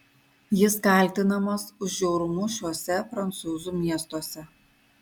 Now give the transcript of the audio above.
jis kaltinamas už žiaurumus šiuose prancūzų miestuose